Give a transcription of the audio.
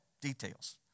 details